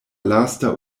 lasta